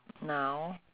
now